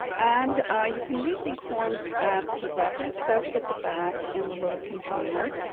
and ah you can leave these forms at the reference desk at the back in the little container.